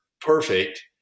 perfect